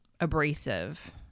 abrasive